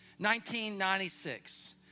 1996